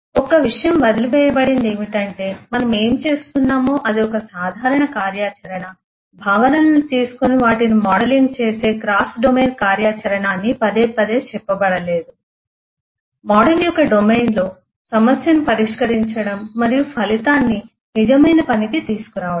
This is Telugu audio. ఒక్క విషయం వదిలి వేయబడింది ఏమిటంటే మనం ఏమి చేస్తున్నామో అది ఒక సాధారణ కార్యాచరణ భావనలను తీసుకొని వాటిని మోడలింగ్ చేసే క్రాస్ డొమైన్ కార్యాచరణ అని పదేపదే చెప్పబడలేదు మోడల్ యొక్క డొమైన్లో సమస్యను పరిష్కరించడం మరియు ఫలితాన్ని నిజమైన పనికి తీసుకురావడం